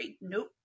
Nope